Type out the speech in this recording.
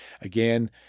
again